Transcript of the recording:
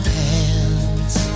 hands